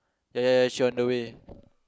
there she on the way